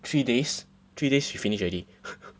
three days three days she finish already